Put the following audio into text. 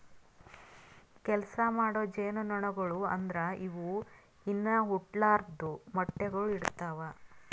ಕೆಲಸ ಮಾಡೋ ಜೇನುನೊಣಗೊಳು ಅಂದುರ್ ಇವು ಇನಾ ಹುಟ್ಲಾರ್ದು ಮೊಟ್ಟೆಗೊಳ್ ಇಡ್ತಾವ್